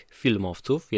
filmowców